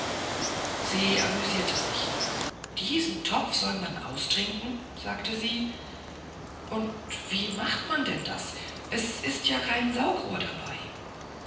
se amüsierte sich diesen topf soll man austrinken sagte sie aber wie macht man denn das es ist ja kein saugrohr dabei